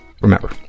Remember